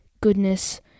goodness